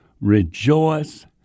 rejoice